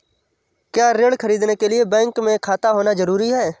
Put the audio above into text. क्या ऋण ख़रीदने के लिए बैंक में खाता होना जरूरी है?